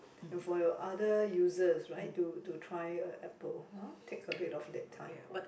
and for your other users right to to try Apple ah take a bit of time